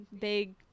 big